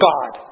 God